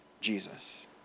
Jesus